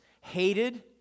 hated